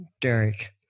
Derek